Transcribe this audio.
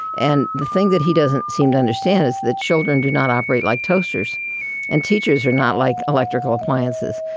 and the thing that he doesn't seem to understand is that children do not operate like toasters and teachers are not like electrical appliances,